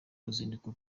ruzinduko